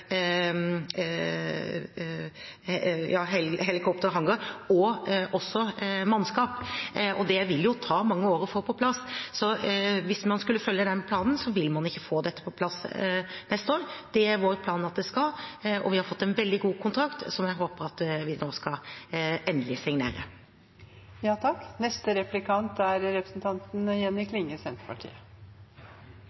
også mangle mannskap, og det vil jo ta mange år å få på plass. Så hvis man skulle følge den planen, ville man ikke få dette på plass neste år, som er vår plan. Vi har fått en veldig god kontrakt, som jeg håper at vi nå endelig skal signere. Den statlege redningshelikoptertenesta i 330-skvadronen er